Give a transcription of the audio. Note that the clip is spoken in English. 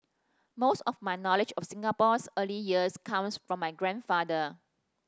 most of my knowledge of Singapore's early years comes from my grandfather